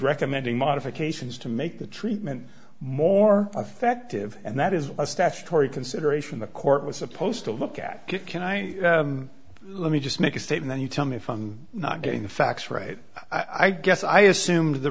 recommending modification it's to make the treatment more effective and that is a statutory consideration the court was supposed to look at it can i let me just make a statement and you tell me if i'm not getting the facts right i guess i assumed the